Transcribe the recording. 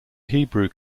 hebrew